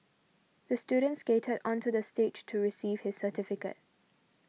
the student skated onto the stage to receive his certificate